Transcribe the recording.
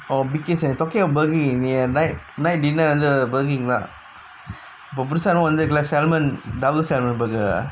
talking about Burger King lah night night dinner வந்து:vanthu Burger King தா இப்போ புதுசா என்னமோ வந்துருக்குல:thaa ippo puthusaa ennamo vanthurukula salmon double salmon burger